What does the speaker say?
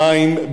מים,